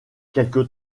quelques